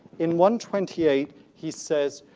in one twenty eight he says,